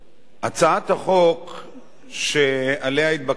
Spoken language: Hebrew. שעליה התבקשתי להשיב בשם שר המשפטים,